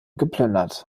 geplündert